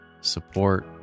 support